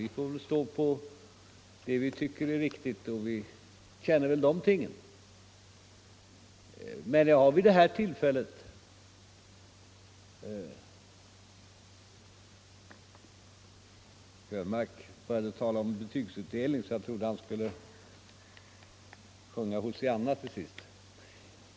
Vi får väl stå för det vi tycker är riktigt, och vi känner väl de tingen. Herr Krönmark började emellertid tala om betygsutdelning så att jag trodde att han skulle sjunga Hosianna till sist.